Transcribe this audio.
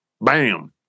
Bam